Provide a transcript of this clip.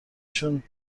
شون